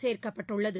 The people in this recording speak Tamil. சேர்க்கப்பட்டுள்ளது